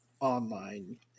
online